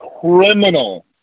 criminal